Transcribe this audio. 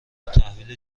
تحویل